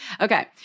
Okay